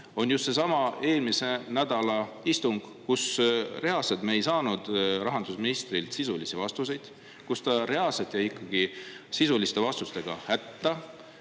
on just seesama eelmise nädala istung, kus reaalselt me ei saanud rahandusministrilt sisulisi vastuseid, kus ta reaalselt jäi ikkagi sisuliste vastustega hätta,